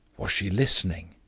was she listening?